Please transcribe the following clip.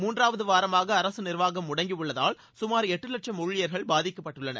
மூன்றாவது வாரமாக அரசு நிர்வாகம் முடங்கி உள்ளதால் கமார் எட்டு லட்சம் ஊழியர்கள் பாதிக்கப்பட்டுள்ளனர்